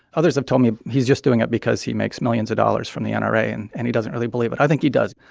others have told me he's just doing it because he makes millions of dollars from the nra and and he doesn't really believe it i think he does.